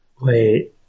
wait